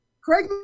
Craig